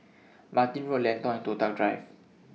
Martin Road Lentor and Toh Tuck Drive